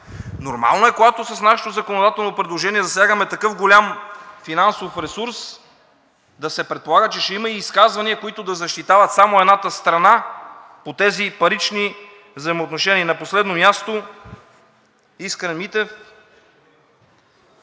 Нормално е, когато с нашето законодателно предложение засягаме такъв голям финансов ресурс, да се предполага, че ще има и изказвания, които да защитават само едната страна по тези парични взаимоотношения. И на последно място, към Искрен Митев.